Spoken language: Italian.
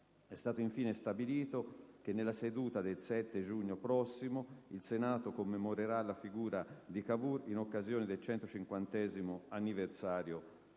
È stato infine stabilito che nella seduta del 7 giugno prossimo il Senato commemorerà la figura di Cavour, in occasione del 150° anniversario